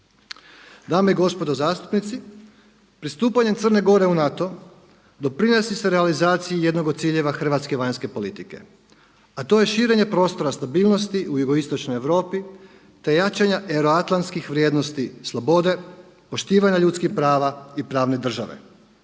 Dame i gospodo zastupnici, pristupanjem Crne Gore u NATO doprinosi se realizaciji jednog od ciljeva hrvatske vanjske politike, a to je širenje prostora stabilnosti u Jugoistočnoj Europi, te jačanja euroatlantskih vrijednosti slobode, poštivanja ljudskih prava i pravne države,